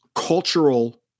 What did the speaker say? cultural